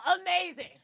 amazing